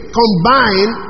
combine